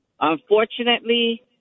Unfortunately